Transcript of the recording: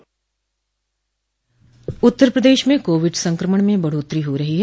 उत्तर प्रदेश में कोविड संक्रमण में बढोत्तरी हो रही है